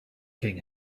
king